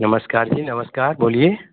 नमस्कार जी नमस्कार बोलिए